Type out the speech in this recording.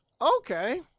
Okay